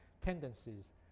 tendencies